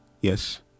Yes